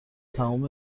تموم